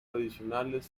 adicionales